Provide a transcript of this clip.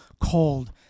cold